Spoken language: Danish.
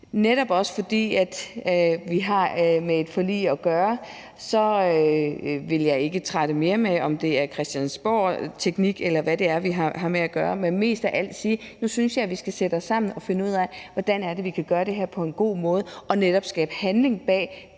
Netop også fordi vi har med et forlig at gøre, vil jeg ikke trætte med mere snak om, om det er christiansborgteknik, eller hvad det er, vi har med at gøre, men jeg vil først og fremmest sige, at nu synes jeg, at vi skal sætte os sammen og finde ud af, hvordan vi kan gøre det her på en god måde og netop sætte handling bag den